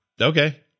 okay